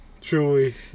Truly